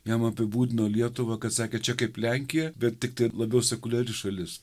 jam apibūdino lietuvą kad sakė čia kaip lenkija bet tiktai labiau sekuliari šalis